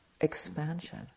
expansion